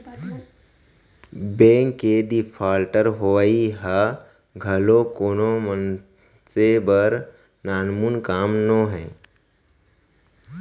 bank के defaulter होवई ह घलोक कोनो मनसे बर नानमुन काम नोहय